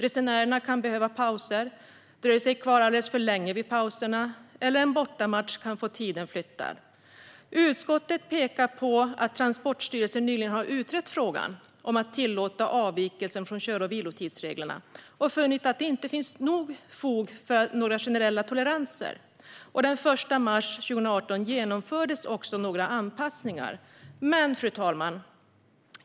Resenärerna kan behöva pauser. De kanske dröjer sig kvar alldeles för länge vid pauserna. En bortamatch kan få tiden flyttad. Utskottet pekar på att Transportstyrelsen nyligen har utrett frågan om att tillåta avvikelser från kör och vilotidsreglerna och funnit att det inte finns fog nog för några generella toleranser. Den 1 mars 2018 genomfördes dessutom ett antal anpassningar. Fru talman!